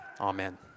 Amen